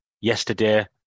yesterday